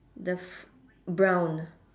the f~ brown